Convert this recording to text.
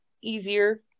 easier